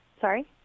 Sorry